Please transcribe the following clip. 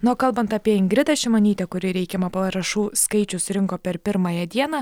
na o kalbant apie ingridą šimonytę kuri reikiamą parašų skaičių surinko per pirmąją dieną